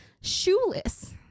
shoeless